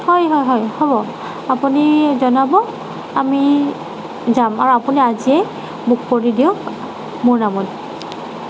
হয় হয় হয় হ'ব আপুনি জনাব আমি যাম আৰু আপুনি আজিয়েই বুক কৰি দিয়ক মোৰ নামত